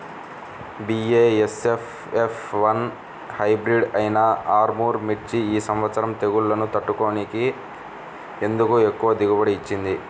BASF F one hybrid అయినా Armour మిర్చి ఈ సంవత్సరం తెగుళ్లును తట్టుకొని ఎందుకు ఎక్కువ దిగుబడి ఇచ్చింది?